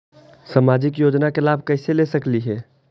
सामाजिक योजना के लाभ कैसे ले सकली हे?